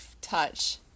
touch